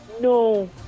No